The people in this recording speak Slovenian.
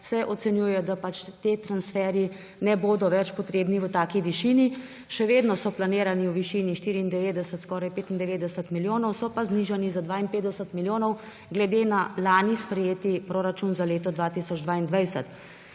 se ocenjuje, da ti transferji ne bodo več potrebni v taki višini. Še vedno so planirani v višini 94, skoraj 95 milijonov, so pa znižani za 52 milijonov glede na lani sprejet proračun za leto 2022.